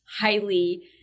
highly